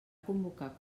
convocar